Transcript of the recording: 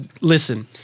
listen